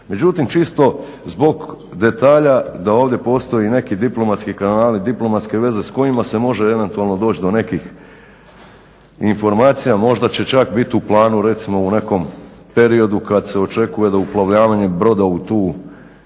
međutim čisto zbog detalja da ovdje postoji neki diplomatski kanali, diplomatske veze s kojima se može eventualno doći do nekih informacija, možda će čak biti u planu, recimo u nekom periodu kad se očekuje da uplovljavanje brodova u tu spornu